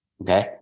okay